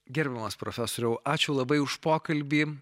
gerbiamas profesoriau ačiū labai už pokalbį